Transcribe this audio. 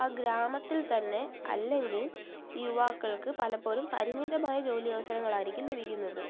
ആ ഗ്രാമത്തിൽ തന്നെ അല്ലെങ്കിൽ യുവാക്കൾക്ക് പലപ്പോലും പരിമിതമായ ജോലി അവസരങ്ങളായിരിക്കും ലഭിക്കുന്നത്